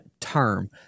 term